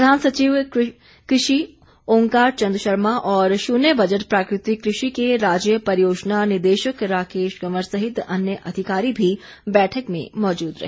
प्रधान सचिव कृषि ओंकार चंद शर्मा और शून्य बजट प्राकृतिक कृषि के राज्य परियोजना निदेशक राकेश कंवर सहित अन्य अधिकारी भी बैठक में मौजूद रहे